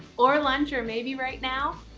or lunch, or maybe right now.